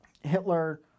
Hitler